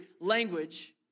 language